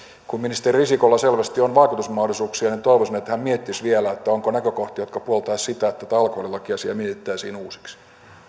kun ministeri risikolla selvästi on vaikutusmahdollisuuksia niin toivoisin että hän miettisi vielä onko näkökohtia jotka puoltaisivat sitä että tätä alkoholilakiasiaa mietittäisiin uusiksi